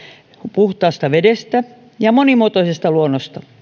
puhtaasta vedestä ja monimuotoisesta luonnosta